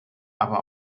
aber